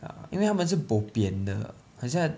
ya 因为他们是 bo pian 的很像